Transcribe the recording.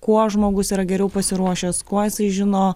kuo žmogus yra geriau pasiruošęs kuo jisai žino